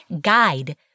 guide